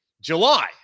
July